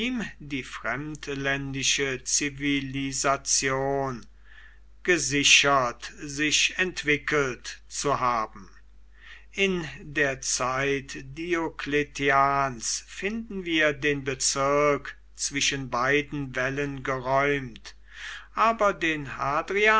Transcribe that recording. die fremdländische zivilisation gesichert sich entwickelt zu haben in der zeit diocletians finden wir den bezirk zwischen beiden wällen geräumt aber den